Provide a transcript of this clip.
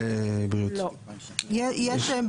(אישור הסכם היילוד)(2) בכל מקום,